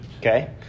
Okay